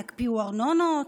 יקפיאו ארנונות.